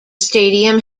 stadium